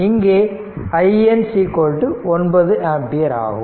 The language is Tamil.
இங்கே IN 9 ஆம்பியர் ஆகும்